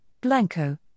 Blanco